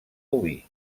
oví